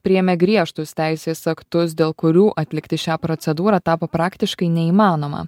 priėmė griežtus teisės aktus dėl kurių atlikti šią procedūrą tapo praktiškai neįmanoma